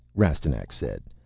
rastignac said.